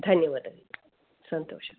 धन्यवादः सन्तोषः